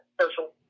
social